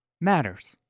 matters